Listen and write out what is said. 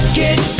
get